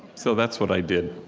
so that's what i did.